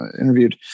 interviewed